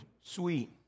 sweet